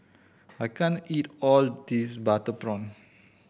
I can't eat all of this butter prawn